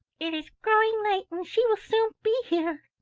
it is growing late and she will soon be here.